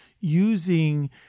using